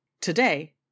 Today